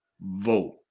vote